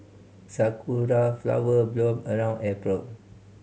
sakura flower bloom around April